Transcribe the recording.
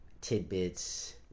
tidbits